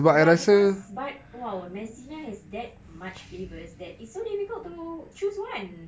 ya because but !wow! messina has that much flavours that it's so difficult to choose one